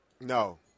No